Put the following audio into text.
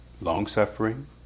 long-suffering